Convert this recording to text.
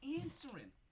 answering